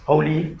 Holy